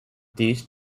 these